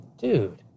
dude